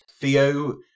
Theo